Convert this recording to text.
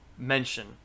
mention